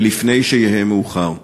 ולפני שיהיה מאוחר.